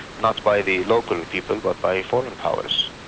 not by the local people but by foreign powers.